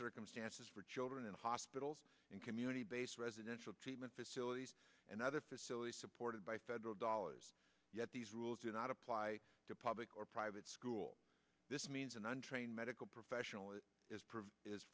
circumstances for children in hospitals and community based residential treatment facilities and other facilities supported by federal dollars yet these rules do not apply to public or private schools this means an untrained medical professional it is